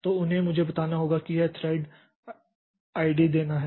तो उन्हें मुझे बताना होगा कि हमें यह थ्रेड आईडी देना है